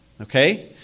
Okay